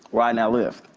where i now live.